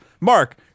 Mark